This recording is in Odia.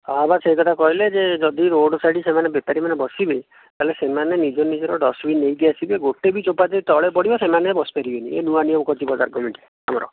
ହଁ ବା ସେହିକଥା କହିଲେ ଯେ ଯଦି ରୋଡ଼ ସାଇଡ଼ ସେମାନେ ବେପାରୀମାନେ ବସିବେ ତା'ହେଲେ ସେମାନେ ନିଜ ନିଜ ଡଷ୍ଟବିନ ନେଇକି ଆସିକି ଗୋଟିଏ ବି ଚୋପା ଯଦି ତଳେ ପଡ଼ିବ ସେମାନେ ବସି ପାରିବେନି ଏ ନୂଆ ନିୟମ କରିଛି ବଜାର କମିଟି ଆମର